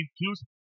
includes